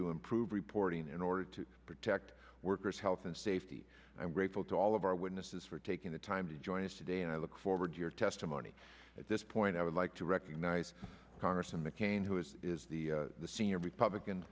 to improve reporting in order to protect workers health and safety and i'm grateful to all of our witnesses for taking the time to join us today and i look forward to your testimony at this point i would like to recognize congress and mccain who is the senior republican